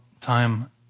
time